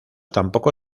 tampoco